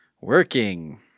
working